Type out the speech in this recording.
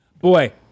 Boy